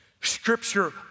Scripture